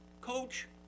Coach